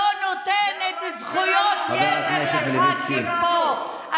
אנחנו נמשיך להילחם בטרור הערבי,